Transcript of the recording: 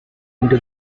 into